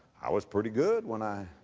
i was pretty good when i.